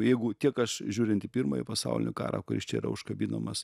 jeigu tiek aš žiūrint į pirmąjį pasaulinį karą kuris čia yra užkabinamas